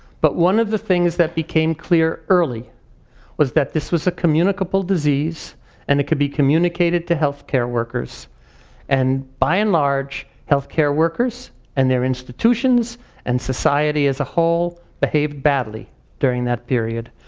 but one of the things that became clear early was that this was a communicable disease and it could be communicated to health care workers and by and large, health care workers and their institutions and society as a whole behaved badly during that period.